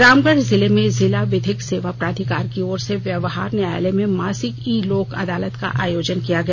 रामगढ़ जिले में जिला विधिक सेवा प्राधिकार की ओर से व्यवहार न्यायालय में मासिक इ लोक अदालत का आयोजन किया गया